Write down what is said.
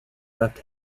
left